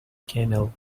canal